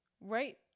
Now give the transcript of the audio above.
Right